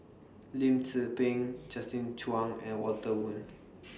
Lim Tze Peng Justin Zhuang and Walter Woon